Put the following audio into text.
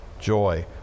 joy